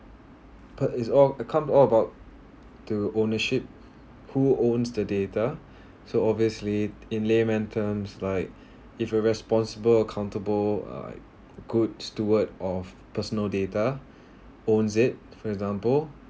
but it's all it come to all about to ownership who owns the data so obviously in layman terms like if a responsible accountable uh like goods toward of personal data owns it for example